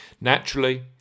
naturally